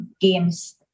games